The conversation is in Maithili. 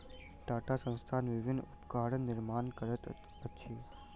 टाटा संस्थान विभिन्न उपकरणक निर्माण करैत अछि